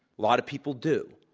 lots of people do,